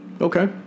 Okay